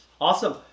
Awesome